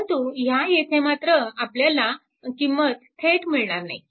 परंतु ह्या येथे मात्र आपल्याला किंमत थेट मिळणार नाही